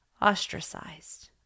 ostracized